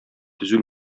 төзү